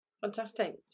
fantastic